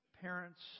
parents